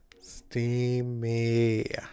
steamy